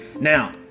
Now